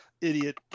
idiot